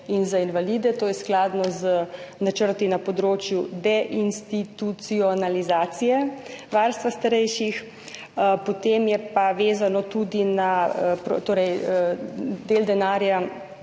in za invalide, to je skladno z načrti na področju deinstitucionalizacije varstva starejših. Del denarja bo šel tudi za reševanje